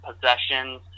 possessions